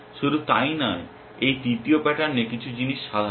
শুধু তাই নয় এই তৃতীয় প্যাটার্নে কিছু জিনিস সাধারণ